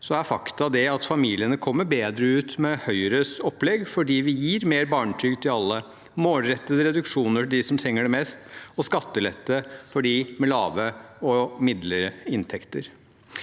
faktumet det at familiene kommer bedre ut med Høyres opplegg, fordi vi gir mer barnetrygd til alle, målrettede reduksjoner til dem som trenger det mest, og skattelette for dem med lave og midlere inntekter.